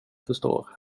förstår